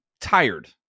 tired